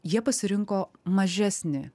jie pasirinko mažesnį